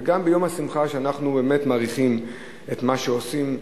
וגם ביום השמחה שאנחנו באמת מעריכים את מה שעושים בירושלים,